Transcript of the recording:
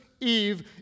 Eve